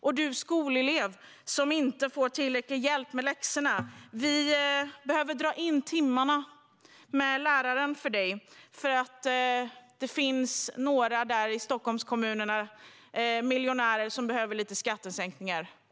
För den skolelev som inte får tillräcklig hjälp med läxorna drar de in lärartimmar eftersom det finns några miljonärer i Stockholmskommuner som behöver skattesänkningar.